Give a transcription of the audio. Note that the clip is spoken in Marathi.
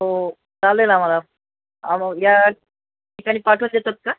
हो चालेल आम्हाला आ या ठिकाणी पाठवता येतात का